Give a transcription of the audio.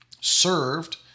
served